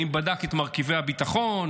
האם בדק את מרכיבי הביטחון?